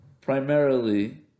Primarily